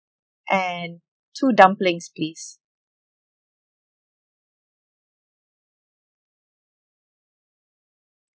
and two dumplings please